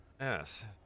Yes